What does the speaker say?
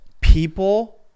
People